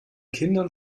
kindern